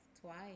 twice